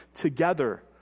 together